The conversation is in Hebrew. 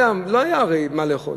הרי לא היה מה לאכול.